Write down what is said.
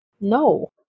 No